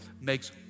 makes